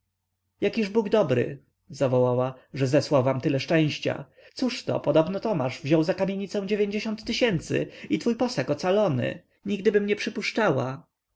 jakiż bóg dobry zawołała że zesłał wam tyle szczęścia cóżto podobno tomasz wziął za kamienicę tysięcy i twój posag ocalony nigdybym nie przypuszczała